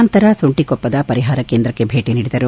ನಂತರ ಸುಂಟಕೊಪ್ಪದ ಪರಿಹಾರ ಕೇಂದ್ರಕ್ಷೆ ಭೇಟಿ ನೀಡಿದರು